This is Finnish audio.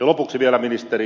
lopuksi vielä ministeri